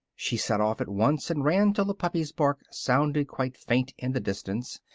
she set off at once, and ran till the puppy's bark sounded quite faint in the distance,